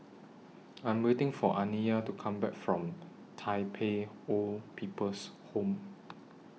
I Am waiting For Aniya to Come Back from Tai Pei Old People's Home